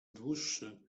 dłuższy